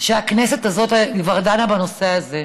שהכנסת הזאת כבר דנה בנושא הזה,